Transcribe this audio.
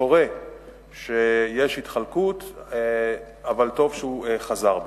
קורה שיש "התחלקות", אבל טוב שהוא חזר בו.